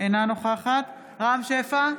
אינה נוכחת רם שפע,